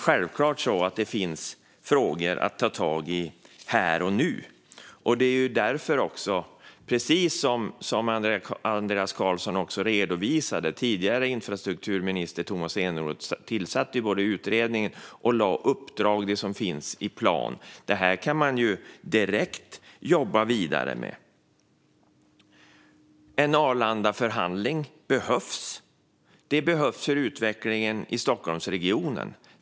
Självklart finns det frågor att ta tag i här och nu. Det var också därför den tidigare infrastrukturministern Tomas Eneroth, precis som Andreas Carlson redovisade, både tillsatte utredningar och lade fram uppdraget om en plan. Detta kan man direkt jobba vidare med. En Arlandaförhandling behövs. Det behövs för utvecklingen i Stockholmsregionen.